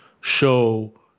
show